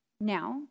Now